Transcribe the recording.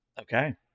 Okay